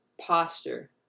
posture